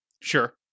sure